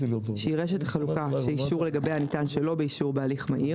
שהיא רשת חלוקה שהאישור לגביה ניתן שלא באישור בהליך מהיר,